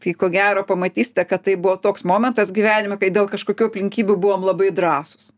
tai ko gero pamatysite kad tai buvo toks momentas gyvenime kai dėl kažkokių aplinkybių buvom labai drąsūs